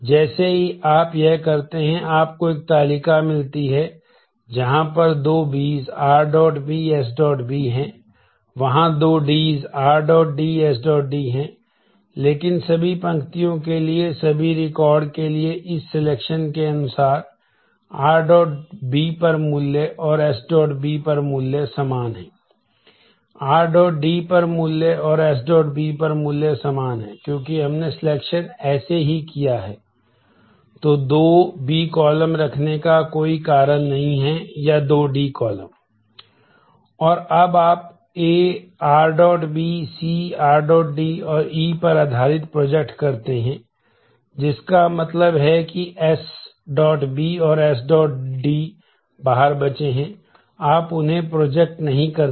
तो अब आप A r B C rD और E पर आधारित प्रोजेक्ट करते हैं जिसका मतलब है कि sB और sD बाहर बचे हैं आप उन्हें प्रोजेक्ट नहीं करते